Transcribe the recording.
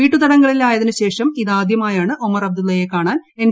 വീട്ടുതടങ്കലിൽ ആയതിന് ശേഷം ഇതാദ്യമായാണ് ഒമർഅബ്ദുള്ളയെ കാണാൻ എൻ